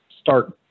start